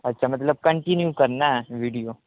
اچھا مطلب کنٹینیو کرنا ہے ویڈیو